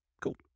Cool